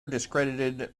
discredited